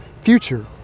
future